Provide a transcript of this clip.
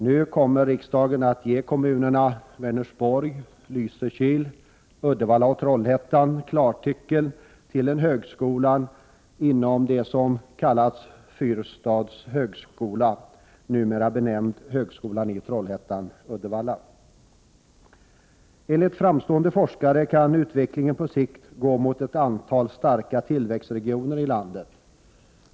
Nu kommer riksdagen att ge kommunerna Vänersborg, Lysekil, Uddevalla och Trollhättan klartecken för en högskola inom det som har kallats Fyrstads högskola, numera benämnd högskolan i Trollhättan-Uddevalla. Enligt framstående forskare kan utvecklingen på sikt gå mot ett antal starka tillväxtregioner i landet.